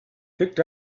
picked